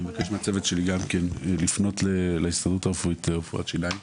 אני מבקש מהצוות שלי גם כן לפנות להסתדרות הרפואית לרפואת שיניים